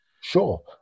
Sure